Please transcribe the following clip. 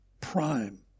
prime